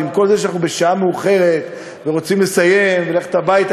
ועם כל זה שאנחנו בשעה מאוחרת ורוצים לסיים וללכת הביתה,